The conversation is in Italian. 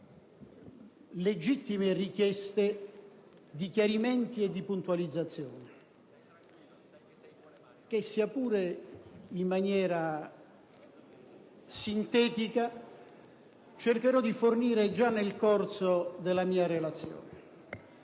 legittime richieste di chiarimenti e puntualizzazioni che, sia pure in maniera sintetica, cercherò di fornire già nel corso della mia relazione.